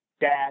Dad